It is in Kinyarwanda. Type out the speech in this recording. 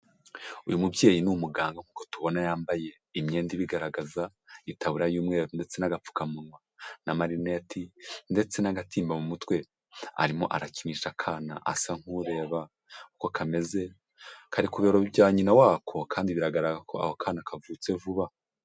Uyu mubyeyi ni umuganga nk'uko tubona yambaye imyenda ibigaragaza, itaburiya y'umweru ndetse n'gapfukamunwa n'amarineti, ndetse n'agatimba mu mutwe, arimo arakinisha akana asa nk'ureba uko kameze, kari ku bibero bya nyina wako kandi bigaragara ko ako kana kavutse vuba.